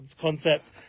concept